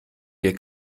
dir